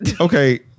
Okay